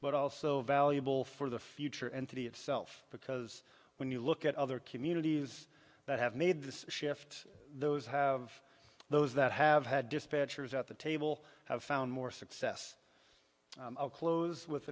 but also valuable for the future entity itself because when you look at other communities that have made this shift those have those that have had dispatchers at the table have found more success close with